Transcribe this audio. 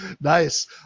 Nice